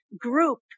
group